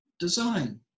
design